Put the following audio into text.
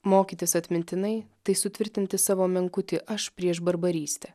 mokytis atmintinai tai sutvirtinti savo menkutį aš prieš barbarystę